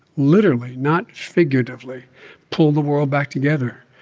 literally, not figuratively pull the world back together,